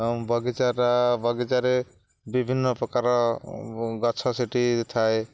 ଆ ବଗିଚାରେ ବଗିଚାରେ ବିଭିନ୍ନ ପ୍ରକାର ଗଛ ସେଠି ଥାଏ